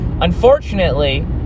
Unfortunately